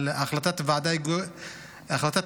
על החלטת הוועדה הגיאוגרפית,